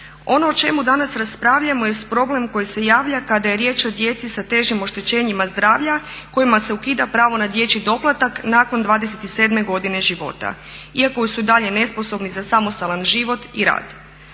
Ono o čemu danas raspravljamo jest problem koji se javlja kada je riječ o djeci sa težim oštećenjima zdravlja kojima se ukida pravo na dječji doplatak nakon 27. godine života iako su i dalje nesposobni za samostalan život i rad.